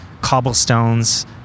cobblestones